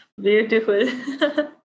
beautiful